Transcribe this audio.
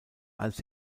als